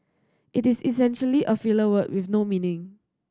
it is essentially a filler word with no meaning